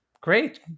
Great